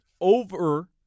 over